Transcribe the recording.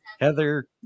Heather